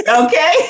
Okay